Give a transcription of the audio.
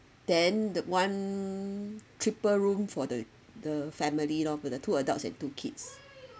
then the one triple room for the the family of the two adults and two kids